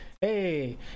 hey